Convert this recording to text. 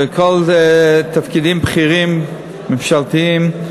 בכל התפקידים הבכירים הממשלתיים,